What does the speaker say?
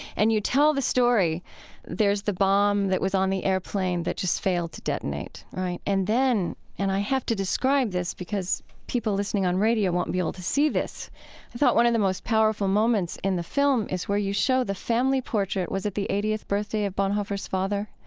and you tell the story there's the bomb that was on the airplane that just failed to detonate. right? and then and i have to describe this because people listening on radio won't be able to see this i thought one of the most powerful moments in the film is where you show the family portrait was it the eightieth birthday of bonhoeffer's father?